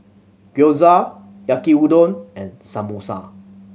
Gyoza Yaki Udon and Samosa